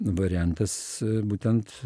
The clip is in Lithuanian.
variantas būtent